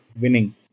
winning